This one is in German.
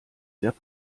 sehr